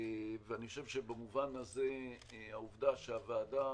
ואני חושב שבמובן הזה העובדה שהוועדה